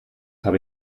habe